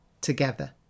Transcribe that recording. together